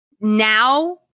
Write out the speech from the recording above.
now